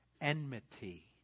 enmity